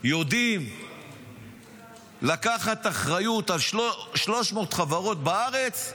יודעים לקחת אחריות על 300 חברות בארץ?